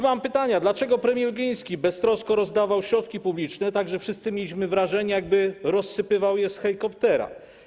Mam pytania: Dlaczego premier Gliński beztrosko rozdawał środki publiczne, tak że wszyscy mieliśmy wrażenie, jakby rozsypywał je z helikoptera?